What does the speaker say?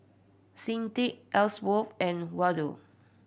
Sedrick Elsworth and Waldo